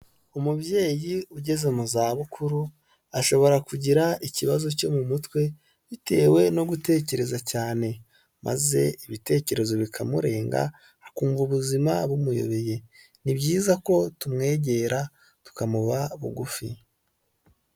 Umubyeyi ugeze mu za bukuru ashobora kugira ikibazo cyo mu mutwe bitewe no gutekereza cyane maze ibitekerezo bikamurenga akumva ubuzima bumuyobeye, ni byiza ko tumwegera tukamuba bugufi.